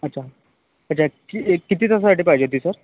अच्छा अच्छा ठीक आहे किती तासासाठी पाहिजे होती सर